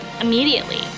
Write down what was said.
immediately